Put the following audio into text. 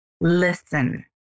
listen